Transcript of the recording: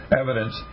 evidence